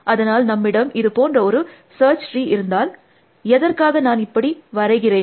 அதனால் நம்மிடம் இது போன்ற ஒரு சர்ச் ட்ரீ இருந்தால் எதற்காக நான் இப்படி வரைகிறேன்